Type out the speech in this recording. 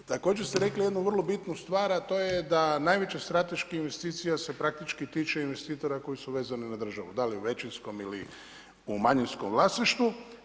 Također, ste rekli, jednu vrlo bitnu stvar, a to je da najveća strateška investicija, se praktički tiče investitora koja su vezane na državu, da li u većinskom ili u manjinskom vlasništvu.